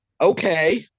Okay